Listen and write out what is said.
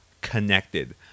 connected